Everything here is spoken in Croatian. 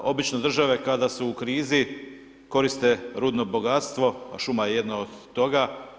Obično države kada su u krizi koriste rudno bogatstvo, a šuma je jedna od toga.